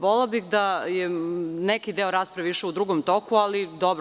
Volela bih da je neki deo rasprave išao u drugom toku, ali dobro.